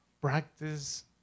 practice